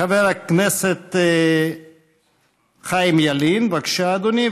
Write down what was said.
חבר הכנסת חיים ילין, בבקשה, אדוני.